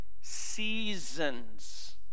seasons